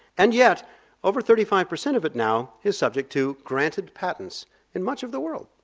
and yet over thirty five percent of it now is subject to granted patents in much of the world.